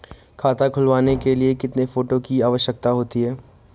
खाता खुलवाने के लिए कितने फोटो की आवश्यकता होती है?